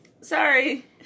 Sorry